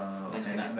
next question